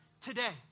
today